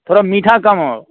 थोड़ा मीठा कम हो